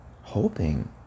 Hoping